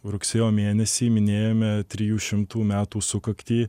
rugsėjo mėnesį minėjome trijų šimtų metų sukaktį